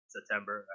September